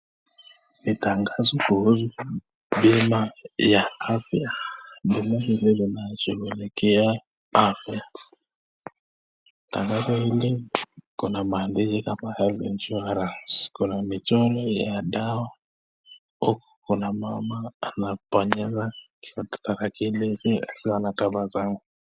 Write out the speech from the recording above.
Ni tangazo kuhusu bima ya afya, bima hili linashughulikia afya ambapo kuna maandishi kama health insurance . Kuna michoro ya dawa huku kuna mama anabonyeza tarakili anatabasamu.